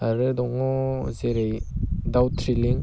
आरो दङ जेरै दाउ थ्रिलिं